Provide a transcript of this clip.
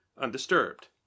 undisturbed